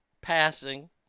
passing